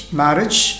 marriage